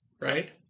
right